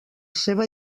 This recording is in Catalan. seva